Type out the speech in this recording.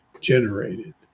generated